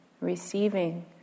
receiving